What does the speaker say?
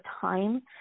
time